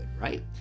right